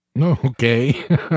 Okay